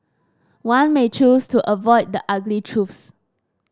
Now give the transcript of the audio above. one may choose to avoid the ugly truths